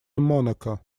monaco